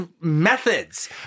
methods